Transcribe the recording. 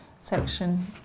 section